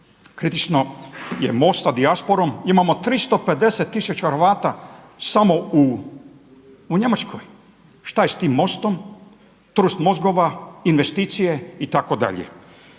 kritično je most sa dijasporom, imamo 350 tisuća Hrvata samo u Njemačkoj. Šta je s tim mostom? … mozgova, investicije itd.